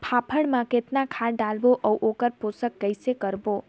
फाफण मा कतना खाद लगाबो अउ ओकर पोषण कइसे करबो?